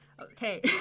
Okay